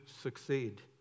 succeed